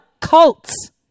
cults